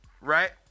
right